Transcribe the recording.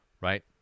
right